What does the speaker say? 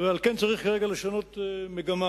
ולכן צריך כרגע לשנות מגמה.